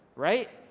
right?